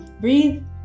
Breathe